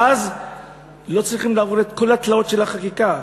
ואז לא צריכים לעבור את כל התלאות של החקיקה.